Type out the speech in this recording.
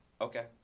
Okay